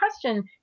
question